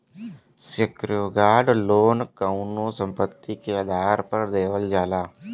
secured loan कउनो संपत्ति के आधार पर देवल जाला